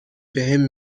بهم